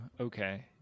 okay